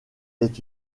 est